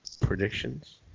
predictions